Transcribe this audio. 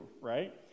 right